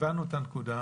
הבנו את הנקודה.